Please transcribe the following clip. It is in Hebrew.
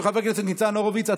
של חבר הכנסת ניצן הורוביץ.